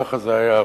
ככה זה היה,